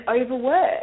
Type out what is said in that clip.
overwork